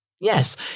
Yes